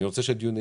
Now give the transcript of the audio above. קשה לי עם